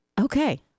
Okay